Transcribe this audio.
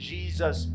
Jesus